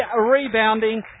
rebounding